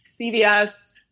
CVS